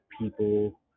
people